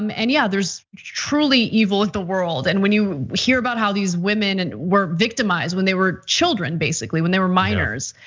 um and yeah, there's truly evil with the world and when you hear about how these women and were victimized when they were children basically when they were minors.